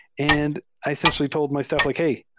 and i essentially told my stuff, like hey,